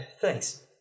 thanks